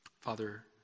Father